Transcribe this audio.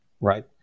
right